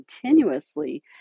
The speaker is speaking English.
continuously